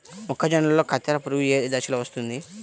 మొక్కజొన్నలో కత్తెర పురుగు ఏ దశలో వస్తుంది?